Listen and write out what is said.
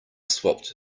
swapped